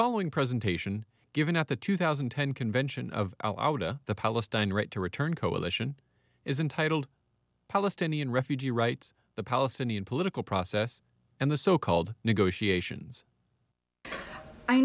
following presentation given up the two thousand and ten convention of the palestine right to return coalition is entitled palestinian refugee rights the palestinian political process and the so called negotiations i